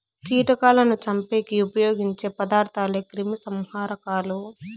కీటకాలను చంపేకి ఉపయోగించే పదార్థాలే క్రిమిసంహారకాలు